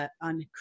on